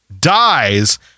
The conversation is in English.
dies